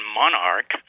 monarch